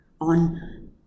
on